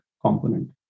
component